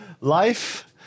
Life